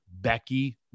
Becky